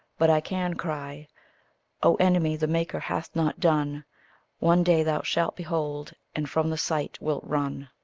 but i can cry o enemy, the maker hath not done one day thou shalt behold, and from the sight wilt run.